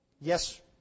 Yes